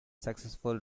successful